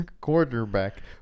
Quarterback